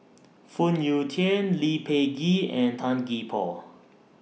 Phoon Yew Tien Lee Peh Gee and Tan Gee Paw